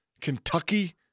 Kentucky